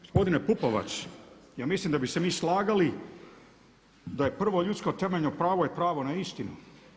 Gospodine Pupovac, ja mislim da bi se mi slagali da je prvo ljudsko temeljno pravo je pravo na istinu.